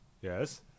Yes